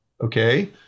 Okay